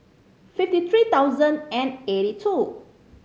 fifty three thousand and eighty two